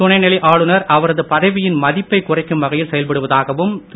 துணைநிலை ஆளுநர் அவரது பதவியில் மதிப்பை குறைக்கும் வகையில் செயல்படுவதாகவும் திரு